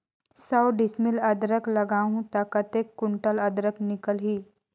सौ डिसमिल अदरक लगाहूं ता कतेक कुंटल अदरक निकल ही?